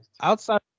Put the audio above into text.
outside